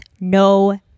no